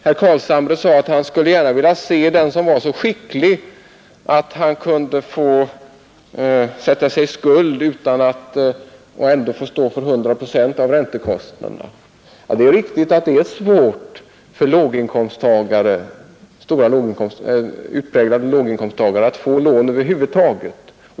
Herr Carlshamre skulle gärna vilja se den som var så skicklig att han kunde sätta sig i skuld och ändå få stå för 100 procent av räntekostnaderna. Det är riktigt att det är svårt för utpräglade låginkomsttagare att skaffa sig lån över huvud taget.